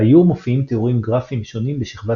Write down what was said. באיור מופיעים תיאורים גרפיים שונים בשכבת